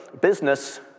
business